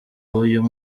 w’uyu